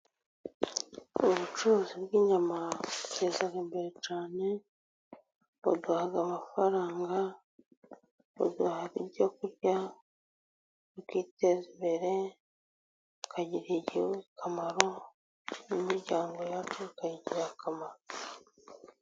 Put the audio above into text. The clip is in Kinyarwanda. Ubucuruzi bw'inyama buteza imbere cyane, buduha amafaranga, buduha ibyo kurya, tukiteza imbere, tukagirira igihugu akamaro, n'imiryango yacu tukayigirarira akamaro.